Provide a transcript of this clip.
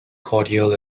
cordial